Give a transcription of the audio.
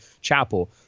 Chapel